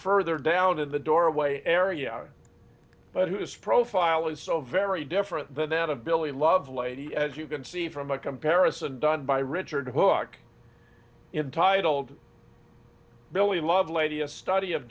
further down in the doorway area but whose profile is so very different than that of billy lovelady as you can see from a comparison done by richard book entitled billy lovelady a study of